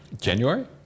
January